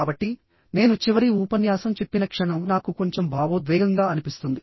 కాబట్టినేను చివరి ఉపన్యాసం చెప్పిన క్షణం నాకు కొంచెం భావోద్వేగంగా అనిపిస్తుంది